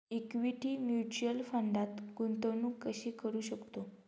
Equity mutual फंडात गुंतवणूक कशी करू शकतो?